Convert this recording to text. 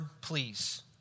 please